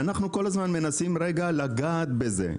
אנחנו כל הזמן מנסים רגע לגעת בזה.